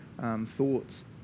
thoughts